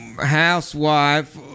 housewife